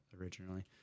originally